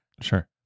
Sure